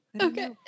Okay